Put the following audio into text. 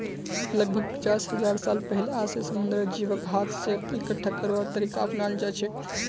लगभग पचास हजार साल पहिलअ स समुंदरेर जीवक हाथ स इकट्ठा करवार तरीका अपनाल जाछेक